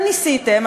אתם ניסיתם,